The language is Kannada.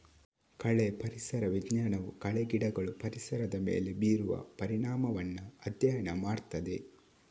ಕಳೆ ಪರಿಸರ ವಿಜ್ಞಾನವು ಕಳೆ ಗಿಡಗಳು ಪರಿಸರದ ಮೇಲೆ ಬೀರುವ ಪರಿಣಾಮವನ್ನ ಅಧ್ಯಯನ ಮಾಡ್ತದೆ